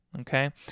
okay